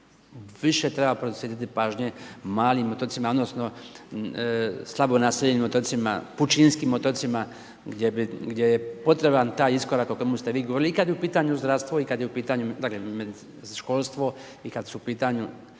više treba posvetiti pažnje malim otocima, odnosno slabo naseljenim otocima, pučinskim otocima gdje je potreban taj iskorak o kojemu ste vi govorili i kad je u pitanju zdravstvo, školstvo i kad su u pitanju